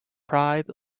pride